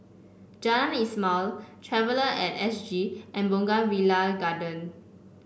Jalan Ismail Traveller at S G and Bougainvillea Garden